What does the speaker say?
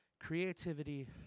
creativity